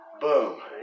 Boom